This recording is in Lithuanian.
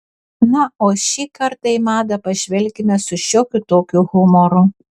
na o šį kartą į madą pažvelkime su šiokiu tokiu humoru